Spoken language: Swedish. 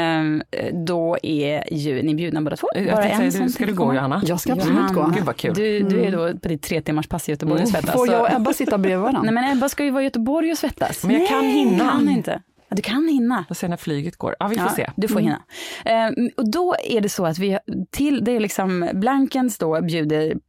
Ehm, eh, då är ju- ni bjudna båda två. Jag Bara tänkte säga, en du- som ska tänker du komma. gå, Johanna? Jag ska absolut Johanna? gå. Gud, vad kul. Du- du Mm. är då på ditt tretimmarspass i Göteborg och Mm. svettas, Får så- jag och Ebba sitta bredvid varann? Nej, men Ebba ska ju vara i Göteborg och svettas. Men jag kan Nej, hinna. kan inte. Ja, du kan hinna. Jag ser när flyget går. Ja, vi får Ja, se. du får hinna. Mm. Ehm, och då är det så att vi har- till- det är liksom Blankens då bjuder